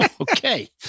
Okay